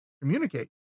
communicate